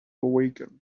awaken